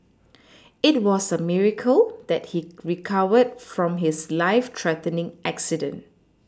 it was a miracle that he recovered from his life threatening accident